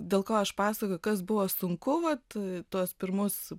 dėl ko aš pasakoju kas buvo sunku vat tuos pirmus